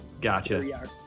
Gotcha